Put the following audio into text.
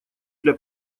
для